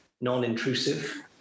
non-intrusive